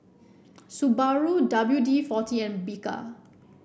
Subaru W D forty and Bika